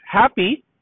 happy